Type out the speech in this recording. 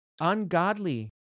ungodly